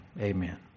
Amen